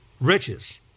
riches